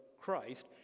Christ